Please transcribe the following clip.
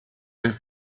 have